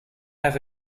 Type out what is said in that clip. have